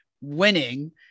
winning